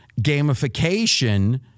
gamification